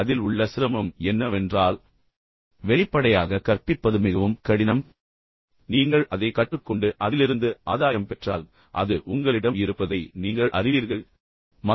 அதில் உள்ள சிரமம் என்னவென்றால் வெளிப்படையாக கற்பிப்பது மிகவும் கடினம் ஆனால் பின்னர் நீங்கள் அதைக் கற்றுக் கொண்டு அதிலிருந்து ஆதாயம் பெற்றால் அது உங்களிடம் இருப்பதை நீங்கள் அறிவீர்கள் பின்னர் அது உங்களுக்கு நிறைய நம்பிக்கையைத் தருகிறது